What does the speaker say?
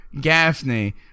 Gaffney